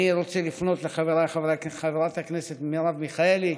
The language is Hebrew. אני רוצה לפנות לחבריי, חברת הכנסת מרב מיכאלי,